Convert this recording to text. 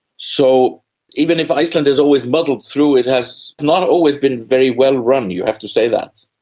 so even if iceland has always muddled through, it has not always been very well run, you have to say that.